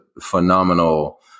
phenomenal